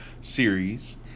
series